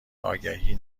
آگهی